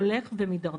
שהולך ומתדרדר.